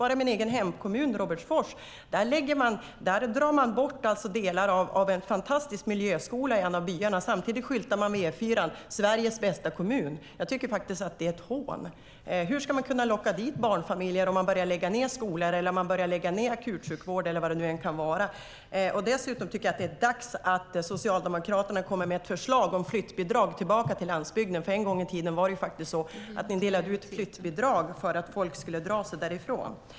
I min egen hemkommun, Robertsfors, drar man bort delar av en fantastisk miljöskola i en av byarna. Samtidigt skyltar man vid E4: Sveriges bästa kommun! Jag tycker att det är ett hån. Hur ska man kunna locka dit barnfamiljer om man börjar lägga ned skolor, akutsjukvård eller vad det nu kan vara? Dessutom tycker jag att det är dags att Socialdemokraterna kommer med ett förslag om flyttbidrag tillbaka till landsbygden. En gång i tiden delade ni ut flyttbidrag för att folk skulle dra sig därifrån.